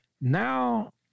Now